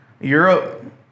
Europe